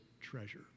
treasure